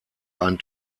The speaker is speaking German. ein